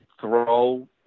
throw